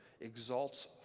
exalts